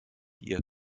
ihr